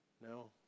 No